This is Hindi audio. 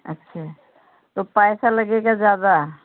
अच्छा तो पैसा लगेगा ज़्यादा